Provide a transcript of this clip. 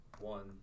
one